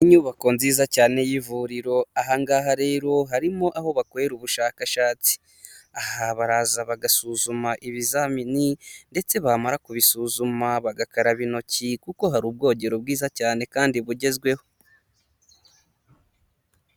Inyubako nziza cyane y'ivuriro, aha ngaha rero harimo aho bakorera ubushakashatsi, aha baraza bagasuzuma ibizamini ndetse bamara kubisuzuma bagakaraba intoki kuko hari ubwogero bwiza cyane kandi bugezweho.